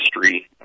History